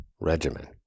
regimen